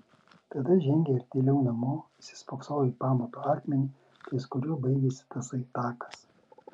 tada žengė artėliau namo įsispoksojo į pamato akmenį ties kuriuo baigėsi tasai takas